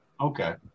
Okay